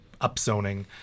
upzoning